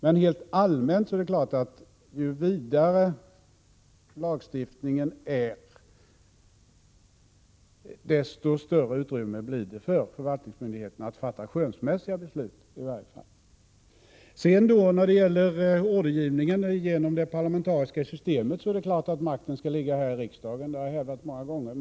Rent allmänt är det ju dock klart att ju vidare lagstiftningen är, desto större blir utrymmet för förvaltningsmyndigheterna när det gäller att fatta i varje fall skönsmässiga beslut. Sedan något om ordergivningen genom det parlamentariska systemet. Det är klart att makten skall ligga hos riksdagen. Det har jag hävdat många gånger.